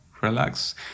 Relax